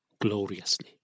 gloriously